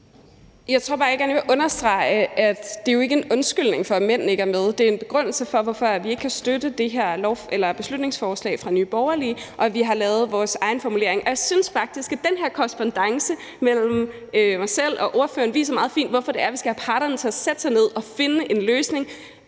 jeg gerne vil understrege, at det jo ikke er en undskyldning for, at mændene ikke er med. Det er en begrundelse for, at vi ikke kan støtte det her beslutningsforslag fra Nye Borgerlige, og at vi har lavet vores egen formulering. Jeg synes faktisk, at den her korrespondance mellem mig selv og spørgeren meget fint viser, hvorfor det er, vi skal have parterne til at sætte sig ned og finde en løsning